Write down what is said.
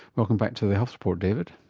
welcome back to the health report david.